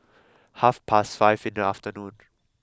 half past five in the afternoon